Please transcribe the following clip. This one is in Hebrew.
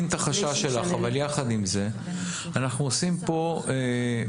את החשש שלך אבל יחד עם זה אנחנו מכניסים פה גורם